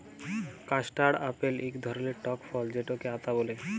custard apple ইক ধরলের টক ফল যেটকে আতা ব্যলে